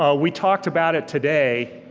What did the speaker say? ah we talked about it today.